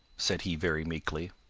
said he very meekly.